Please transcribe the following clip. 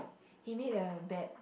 he made a bet